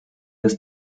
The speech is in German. das